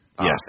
yes